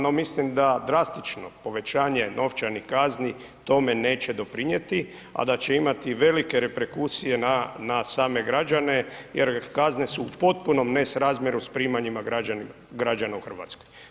No, mislim da drastično povećanje novčanih kazni, tome neće doprinijeti, a da će imati velike reperkusije na same građane jer kazne su u potpunom nesrazmjeru s primanjima građana u RH.